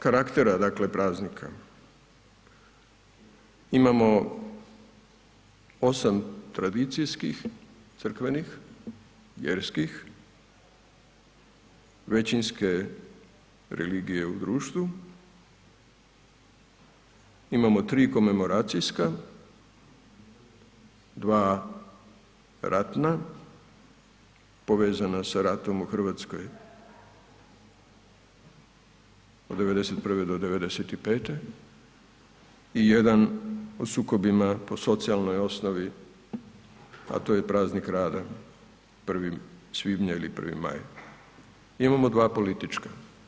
Što se tiče karaktera dakle praznika imamo 8 tradicijskih crkvenih, vjerskih većinske religije u društvu, imamo 3 komemoracijska, 2 ratna povezana sa ratom u Hrvatskoj od '91. do '95. i jedan o sukobima po socijalnoj osnovi, a to je Praznik rada 1. svibnja ili 1. maj, imamo 2 politička.